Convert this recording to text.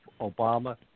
Obama